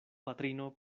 patrino